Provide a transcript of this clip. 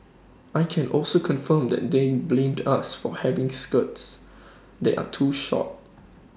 I can also confirm that they blamed us for having skirts that are too short